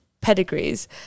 pedigrees